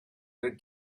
their